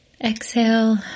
exhale